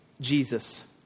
Jesus